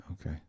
Okay